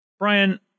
Brian